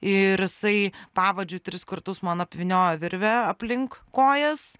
ir jisai pavadžiu tris kartus man apvyniojo virvę aplink kojas